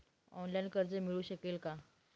Online कर्ज मिळू शकेल का?